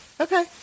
Okay